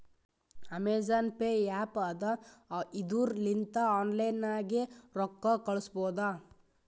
Amazon pay app ಅದಾ ಇದುರ್ ಲಿಂತ ಆನ್ಲೈನ್ ನಾಗೆ ರೊಕ್ಕಾ ಕಳುಸ್ಬೋದ